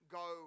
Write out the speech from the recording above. go